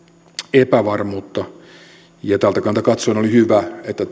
epävarmuutta ja tältä kannalta katsoen oli hyvä että